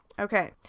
Okay